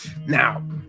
now